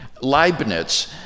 Leibniz